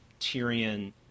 Tyrion